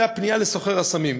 זו הפנייה לסוחר הסמים.